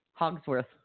Hogsworth